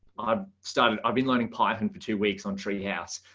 odd started. i've been learning python for two weeks on treehouse,